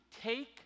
take